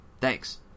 Thanks